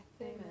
Amen